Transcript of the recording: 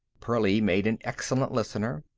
pearlie made an excellent listener.